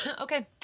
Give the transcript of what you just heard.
Okay